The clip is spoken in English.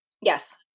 Yes